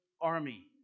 army